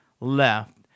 left